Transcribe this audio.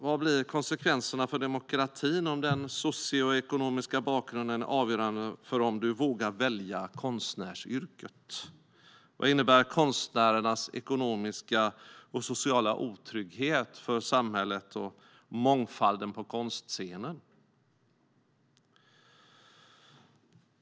Vilka blir konsekvenserna för demokratin om den socioekonomiska bakgrunden är avgörande för om man vågar välja konstnärsyrket? Vad innebär konstnärernas ekonomiska och sociala otrygghet för samhället och mångfalden på konstscenen?